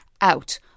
out